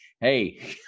hey